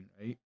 right